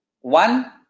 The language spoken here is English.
One